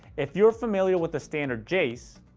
if you're familiar with the standard jace,